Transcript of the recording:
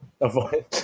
avoid